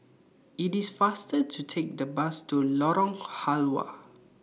IT IS faster to Take The Bus to Lorong Halwa